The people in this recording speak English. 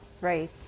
right